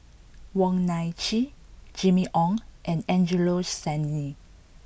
Wong Nai Chin Jimmy Ong and Angelo Sanelli